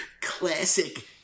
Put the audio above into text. Classic